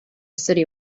city